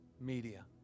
media